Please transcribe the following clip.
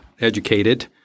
educated